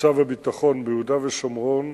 מצב הביטחון ביהודה ושומרון,